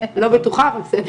לא בטוחה, אבל בסדר.